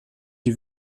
die